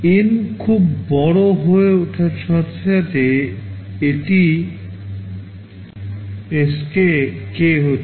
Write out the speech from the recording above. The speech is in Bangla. এন খুব বড় হয়ে ওঠার সাথে সাথে এই Sk k হচ্ছে